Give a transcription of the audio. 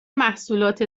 محصولات